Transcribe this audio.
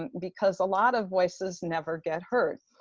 and because a lot of voices never get heard.